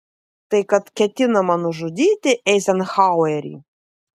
tai kad ketinama nužudyti eizenhauerį